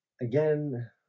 again